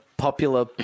popular